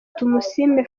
tumusiime